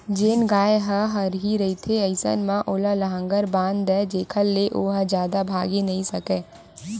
जेन गाय ह हरही रहिथे अइसन म ओला लांहगर बांध दय जेखर ले ओहा जादा भागे नइ सकय